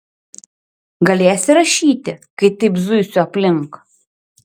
galėsi rašyti kai taip zuisiu aplink